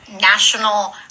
national